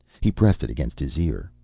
he pressed it against his ear.